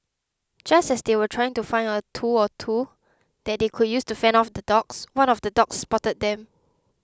just as they were trying to find a tool or two that they could use to fend off the dogs one of the dogs spotted them